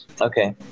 Okay